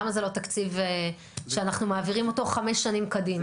למה זה לא תקציב שאנחנו מעבירים אותו חמש שנים קדימה?